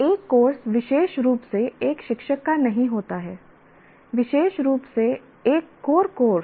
एक कोर्स विशेष रूप से एक शिक्षक का नहीं होता है विशेष रूप से एक कोर कोर्स